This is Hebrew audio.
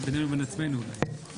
(הישיבה נפסקה בשעה 14:17 ונתחדשה בשעה 14:25.)